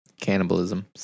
Cannibalism